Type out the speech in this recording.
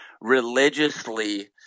religiously